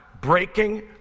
Breaking